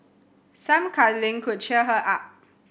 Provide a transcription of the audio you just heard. some cuddling could cheer her up